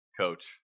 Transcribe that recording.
coach